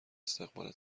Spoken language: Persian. استقبال